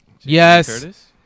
Yes